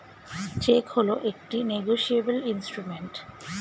check হল একটি negotiable instrument